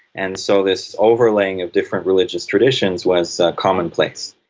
and so this overlaying of different religious traditions was commonplace.